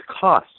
cost